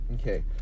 Okay